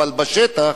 בשטח